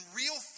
real